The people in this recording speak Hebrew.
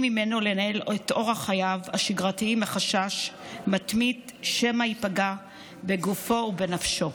ממנו לנהל את חייו השגרתיים מחשש מתמיד שמא ייפגע בגופו ובנפשו.